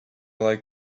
like